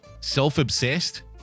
self-obsessed